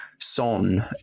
Son